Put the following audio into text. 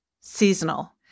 seasonal